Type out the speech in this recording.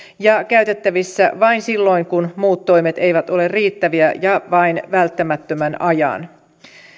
ja ovat käytettävissä vain silloin kun muut toimet eivät ole riittäviä ja vain välttämättömän ajan